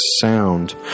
sound